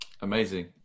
Amazing